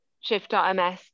shift.ms